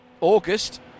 August